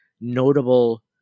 notable